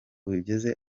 ugeze